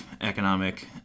economic